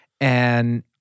And-